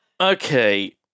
Okay